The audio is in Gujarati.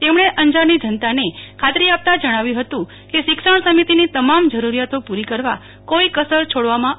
તેમણે અંજારની જનતાને ખાતરી આપતાં જણાવ્યું હતું કે શિક્ષણ સમિતિની તમામ જરૂરિયાતો પુરી કરવા કોઇ કસર છોડવામાં આવશે નહીં